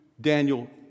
Daniel